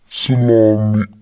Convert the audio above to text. salami